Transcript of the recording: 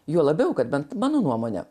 juo labiau kad bent mano nuomone